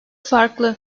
farklı